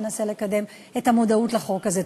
מנסה לקדם את המודעות לחוק הזה.